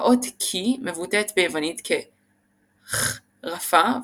האות כי מבוטאת ביוונית ככ' רפה,